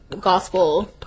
gospel